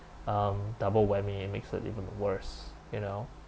um double whammy it makes it even worse you know